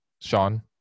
Sean